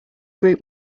group